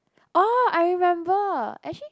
oh I remember actually